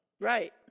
Right